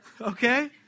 Okay